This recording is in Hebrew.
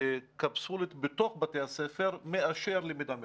קפסולות בתוך בתי הספר מאשר למידה מרחוק.